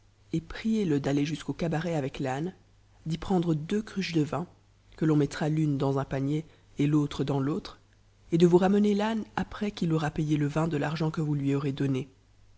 ei priez-le d'aller jusqu'au cabaret avec l'âne d'y prendre deux cruches d vin que l'on mettra l'une dans un panier et l'autre dans l'autre et vous ramener l'âne après qu'il aura payé le vin de l'argent que vous toi aurez donné